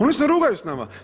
Oni se rugaju s nama.